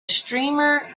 streamer